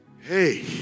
Hey